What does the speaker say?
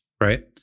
right